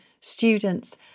students